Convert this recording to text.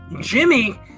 Jimmy